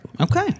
Okay